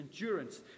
endurance